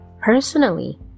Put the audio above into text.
personally